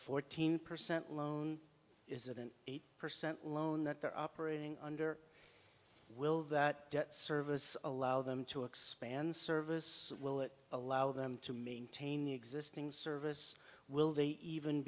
fourteen percent loan is it an eight percent loan that they're operating under will that debt service allow them to expand service will it allow them to maintain the existing service will they even